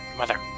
mother